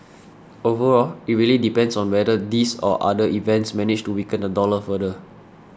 overall it really depends on whether these or other events manage to weaken the dollar further